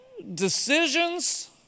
decisions